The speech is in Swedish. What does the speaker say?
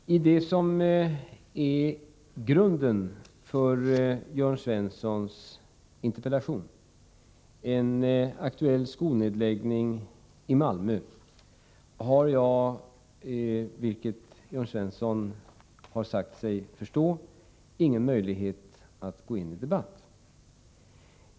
Fru talman! När det gäller det som utgör grunden för Jörn Svenssons interpellation — en aktuell skolnedläggning i Malmö — har jag, vilket Jörn Svensson har sagt sig förstå, ingen möjlighet att gå in i debatt.